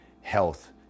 health